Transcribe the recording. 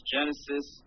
Genesis